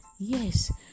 yes